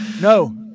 no